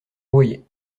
envoyer